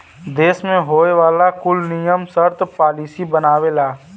देस मे होए वाला कुल नियम सर्त पॉलिसी बनावेला